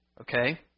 okay